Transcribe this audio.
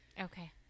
Okay